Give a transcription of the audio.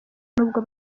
n’ubwo